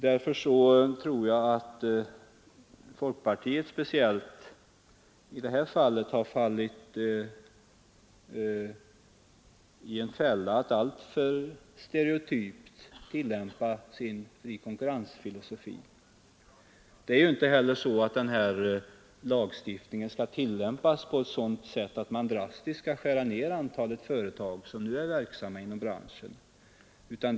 Därför tror jag att speciellt folkpartiet här har hamnat i fällan att alltför stereotypt tillämpa sin konkurrensfilosofi. Lagstiftningen skall ju inte heller tillämpas på sådant sätt att man drastiskt skär ner antalet företag som nu är verksamma inom branschen.